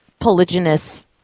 polygynous